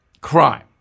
crime